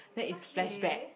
okay